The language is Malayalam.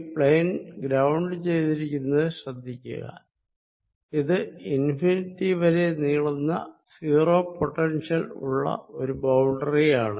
ഈ പ്ലെയ്ൻ ഗ്രൌണ്ട് ചെയ്തിരിക്കുന്നത് ശ്രദ്ധിക്കുക ഇത് ഇൻഫിനിറ്റി വരെ നീളുന്ന 0 പൊട്ടൻഷ്യൽ ഉള്ള ഒരു ബൌണ്ടറിയാണ്